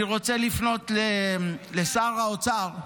אני רוצה לפנות לשר האוצר.